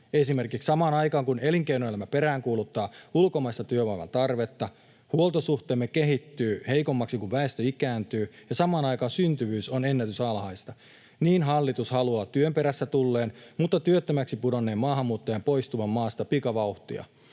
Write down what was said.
Esimerkiksi samaan aikaan kun elinkeinoelämä peräänkuuluttaa ulkomaisen työvoiman tarvetta, huoltosuhteemme kehittyy heikommaksi, kun väestö ikääntyy ja samaan aikaan syntyvyys on ennätysalhaista, niin hallitus haluaa työn perässä tulleen mutta työttömäksi pudonneen maahanmuuttajan poistuvan maasta pikavauhtia